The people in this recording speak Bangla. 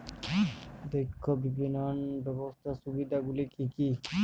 দক্ষ বিপণন ব্যবস্থার সুবিধাগুলি কি কি?